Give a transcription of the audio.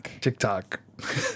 TikTok